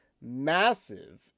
massive